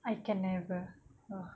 I can never ugh